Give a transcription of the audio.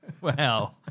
Wow